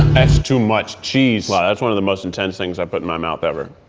that's too much cheese. like that's one of the most intense things i've put in my mouth ever.